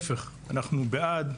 ההיפך, אנחנו בעד,